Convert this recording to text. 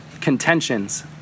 contentions